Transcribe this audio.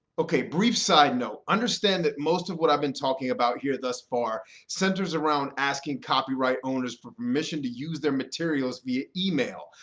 ok, brief side note, understand that most of what i've been talking about here thus far centers around asking copyright owners for permission to use their materials via email.